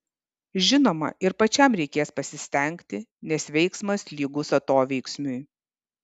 žinoma ir pačiam reikės pasistengti nes veiksmas lygus atoveiksmiui